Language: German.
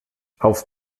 auf